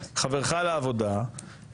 המנגנונים האלה קיימים, אבל מה?